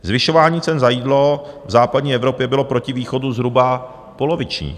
Zvyšování cen za jídlo v západní Evropě bylo proti východu zhruba poloviční.